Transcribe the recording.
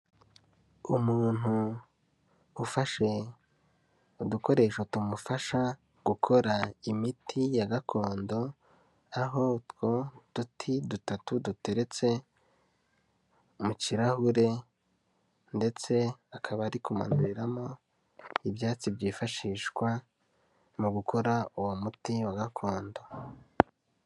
Umuntu ufashe udukoresho tumufasha gukora imiti ya gakondo, aho utwo duti dutatu duteretse mu kirahure ndetse akaba ari kumanuriramo ibyatsi byifashishwa mu gukora uwo muti wa gakondo.